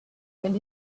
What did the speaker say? and